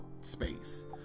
space